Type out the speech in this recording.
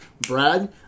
Brad